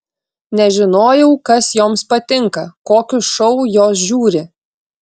nežinojau kas joms patinka kokius šou jos žiūri